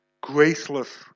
Graceless